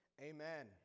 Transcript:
amen